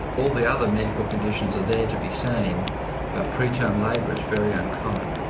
all the other medical conditions are there to be seen but preterm labour is very uncommon.